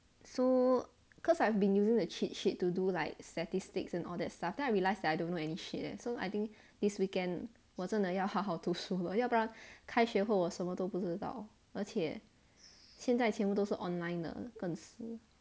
so cause I've been using the cheat sheet to do like statistics and all that stuff then I realise that I don't know any shit leh so I think this weekend 我真的要好好读书了要不然开学后我什么都不知道而且现在全部都是 online 了跟死